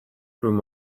through